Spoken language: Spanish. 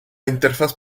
interfaz